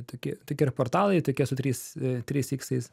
tokie tokie ir portalai tokie su trijais trijais iksais